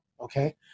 okay